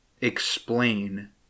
explain